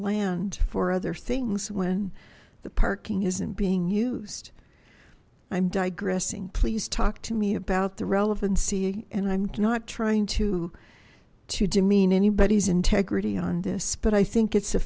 land for other things when the parking isn't being used i'm digressing please talk to me about the relevancy and i'm not trying to to demean anybody's integrity on this but i think it's a